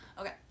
okay